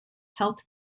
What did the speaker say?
health